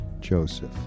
Joseph